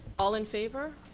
all in favor?